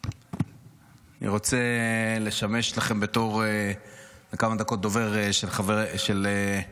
אני רוצה לשמש לכם בכמה דקות דובר של ערוץ